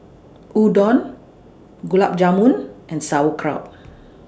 Udon Gulab Jamun and Sauerkraut